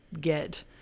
get